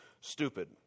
stupid